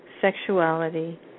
sexuality